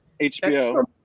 HBO